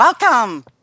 welcome